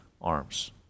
arms